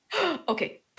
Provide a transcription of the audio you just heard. Okay